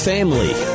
Family